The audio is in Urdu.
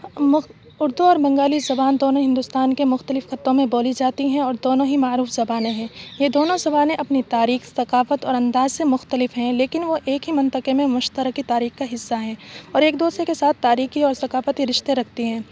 اردو اور بنگالی زبان دونوں ہندوستان کے مختلف خطوں میں بولی جاتی ہیں اور دونوں ہی معروف زبانیں ہیں یہ دونوں زبانیں اپنی تاریخ ثقافت اور انداز سے مختلف ہیں لیکن وہ ایک ہی منطقے میں مشترکہ تاریخ کا حصہ ہیں اور ایک دوسرے کے ساتھ تاریخی اور ثقافتی رشتے رکھتی ہیں